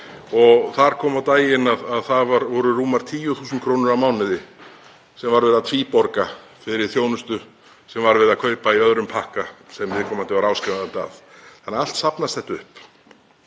og þar kom á daginn að það voru rúmar 10.000 kr. á mánuði sem var verið að tvíborga fyrir þjónustu sem var verið að kaupa í öðrum pakka sem viðkomandi var áskrifandi að. Allt safnast þetta upp.